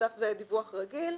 סף ודיווח רגיל,